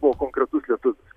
buvo konkretus lietuvis